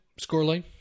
Scoreline